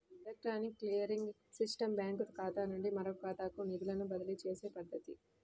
electronic clearing system బ్యాంకుఖాతా నుండి మరొకఖాతాకు నిధులను బదిలీచేసే పద్ధతి